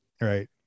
right